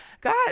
God